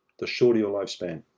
the shorter your life span.